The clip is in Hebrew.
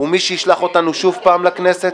ולמי שישלח אותנו שוב לכנסת.